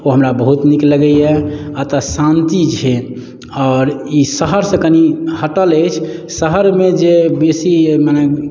ओ हमरा बहुत नीक लगैए एतय शान्ति छै आओर ई शहरसँ कनि हटल अछि शहरमे जे बेसी मने